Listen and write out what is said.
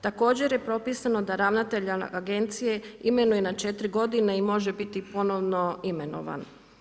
Također je propisano da Ravnatelja agencije imenuje na 4 godine i može biti ponovno imenovan.